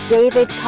David